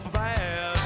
bad